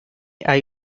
hay